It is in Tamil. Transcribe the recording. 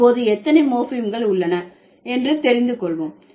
இப்போது எத்தனை மோர்ப்பிகள் உள்ளன என்று தெரிந்து கொள்வோம்